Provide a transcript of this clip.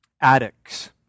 addicts